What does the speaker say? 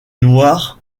noir